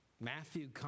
Matthew